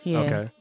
okay